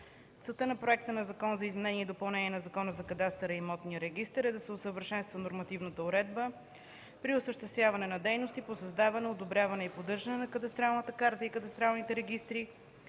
Целта на проекта на Закон за изменение и допълнение на Закона за кадастъра и имотния регистър (ЗИД на ЗКИР) е да се усъвършенства нормативната уредба при осъществяване на дейностите по създаване, одобряване и поддържане на кадастралната карта и кадастралните регистри,